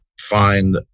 find